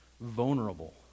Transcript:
vulnerable